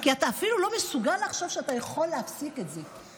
כי אתה אפילו לא מסוגל לחשוב שאתה יכול להפסיק את זה.